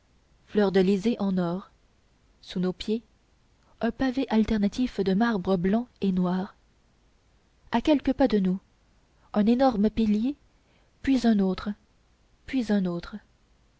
fleurdelysée en or sous nos pieds un pavé alternatif de marbre blanc et noir à quelques pas de nous un énorme pilier puis un autre puis un autre